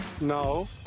No